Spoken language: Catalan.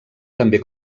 també